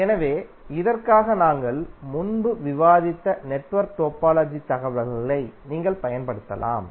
எனவே இதற்காக நாங்கள் முன்பு விவாதித்த நெட்வொர்க் டோபாலஜி தகவல்களை நீங்கள் பயன்படுத்தலாம்